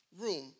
room